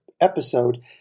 episode